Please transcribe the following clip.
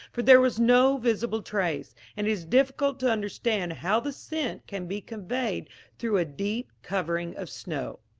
for there was no visible trace, and it is difficult to understand how the scent can be conveyed through a deep covering of snow.